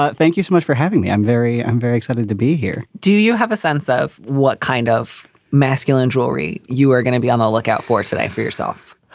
but thank you so much for having me. i'm very i'm very excited to be here do you have a sense of what kind of masculine jewelry you are gonna be on the lookout for today for yourself,